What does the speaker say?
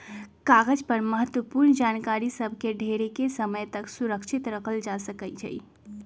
कागज पर महत्वपूर्ण जानकारि सभ के ढेरेके समय तक सुरक्षित राखल जा सकै छइ